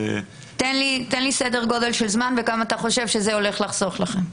תן לי סדר גודל של זמן וכמה אתה חושב שזה הולך לחסוך לכם.